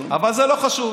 אבל זה לא חשוב.